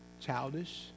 childish